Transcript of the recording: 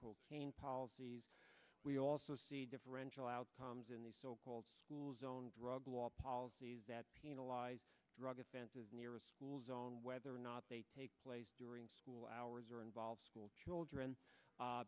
cocaine policies we also see differential outcomes in the so called school zone drug law policies that penalize drug offenses near a school zone whether or not they take place during school hours or involves school children